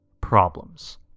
problems